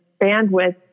bandwidth